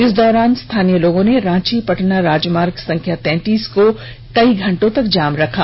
इस दौरान स्थानीय लोगों ने रांची पटना राजमार्ग संख्या तैंतीस को कई घंटों तक जाम रखा